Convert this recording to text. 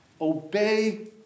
obey